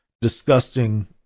disgusting